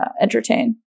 entertain